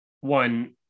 one